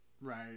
Right